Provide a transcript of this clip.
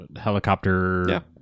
helicopter